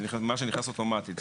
אוטומטית.